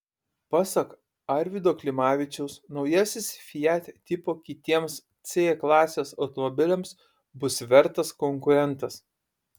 pasak arvydo klimavičiaus naujasis fiat tipo kitiems c klasės automobiliams bus vertas konkurentas